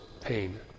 pain